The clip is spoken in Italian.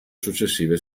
successive